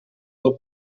del